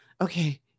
okay